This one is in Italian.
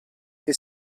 che